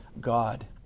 God